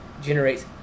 generates